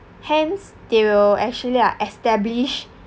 hence they'll actually like established